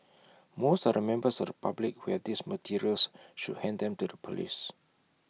most of the members of the public who have these materials should hand them to the Police